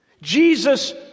Jesus